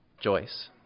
Joyce